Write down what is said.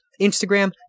Instagram